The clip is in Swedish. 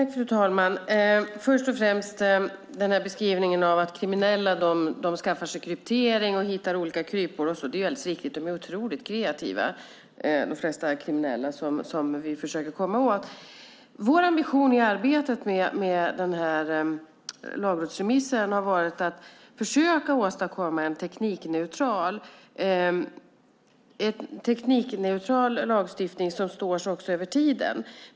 Fru talman! Först och främst är beskrivningen av att kriminella skaffar sig kryptering och hittar olika kryphål alldeles riktig. De flesta kriminella som vi försöker komma åt är otroligt kreativa. Vår ambition i arbetet med den här lagrådsremissen har varit att försöka åstadkomma en teknikneutral lagstiftning som står sig över tiden.